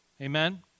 Amen